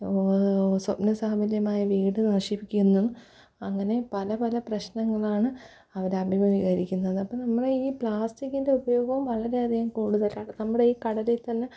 സ്വപ്നസാഫല്യമായ വീട് നശിപ്പിക്കുന്നു അങ്ങനെ പല പല പ്രശ്നങ്ങളാണ് അവര് അഭിമുഖികരിക്കുന്നത് അപ്പോള് നമ്മളെയീ പ്ലാസ്റ്റിക്കിൻ്റെ ഉപയോഗവും വളരെ അധികം കൂടുതലാണ് നമ്മുടെ ഈ കടലിൽ തന്നെ